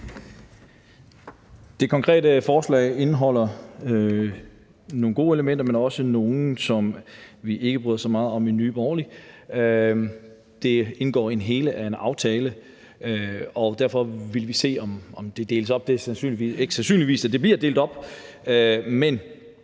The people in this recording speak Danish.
Det konkrete forslag indeholder nogle gode elementer, men også nogle, som vi ikke bryder os så meget om i Nye Borgerlige. Det indgår i et hele i form af en aftale, og derfor vil vi se, om det deles op. Det er ikke sandsynligt, at det bliver delt op,